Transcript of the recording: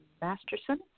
Masterson